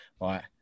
right